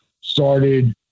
started